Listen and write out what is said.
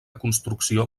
construcció